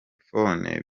phone